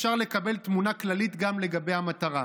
אפשר לקבל תמונה כללית גם לגבי המטרה.